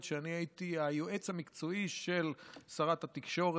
כשאני הייתי היועץ המקצועי של שרת התקשורת,